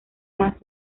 más